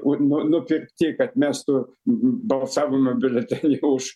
urnų nupirkti kad mestų b balsavimo biuletenį už